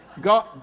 God